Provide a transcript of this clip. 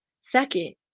second